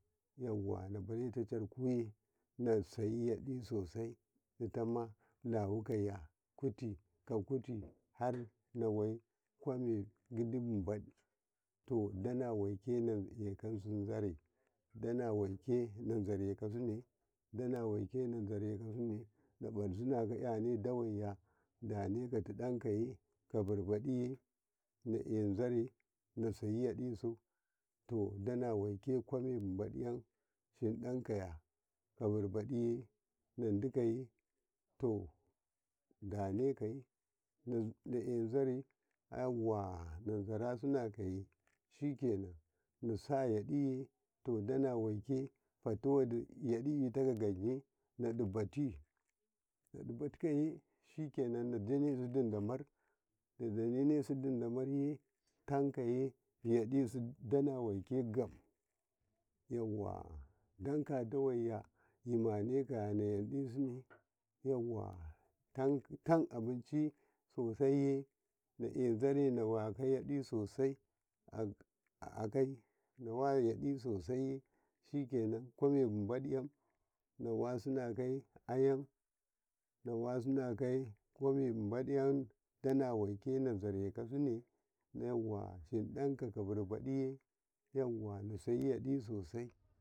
﻿yawa nabareta charkuye nasai yaɗa sosai ditama laukaya kuti ka kuti haranaye kwammuni gidi mbad todana wake in eko nzare danawake nazare kosine danaw ake in eko nzare imukyaneda waya danekati ɗaya kabi mbaɗ-diyen na'akozare nasai yaɗise danawake kulammai ibayanshi dakaya kabibaɗiye danekaye na'azare yawan narasu kaye shiken nasayadayi danawake fatiwda yaɗi itaka damiye fati na janesu didamar na janesu didamarye takaye yaɗi su danawake gam yawa a dakadawaya yimane kaya nayansunakwa yawa tan abici sosaiye na'eko zare nawa yaɗi sosaiye akato nawayadi sosaiye shiken kwammai mbadnyo nawasinakaye ayan nawasinakaye kwamme inbayan dana waike na zare kasine yawa shiɗika kabibadaye yawa nasai yaɗi.